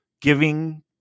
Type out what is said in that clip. giving